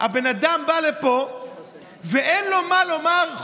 הבן אדם בא לפה ואין לו מה לומר אלא: